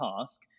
task